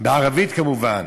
בערבית כמובן,